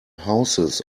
houses